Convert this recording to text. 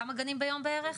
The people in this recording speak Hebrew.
כמה גנים ביום בערך?